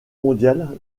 mondiale